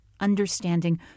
understanding